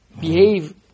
behave